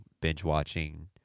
binge-watching